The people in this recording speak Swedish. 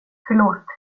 förlåt